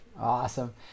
Awesome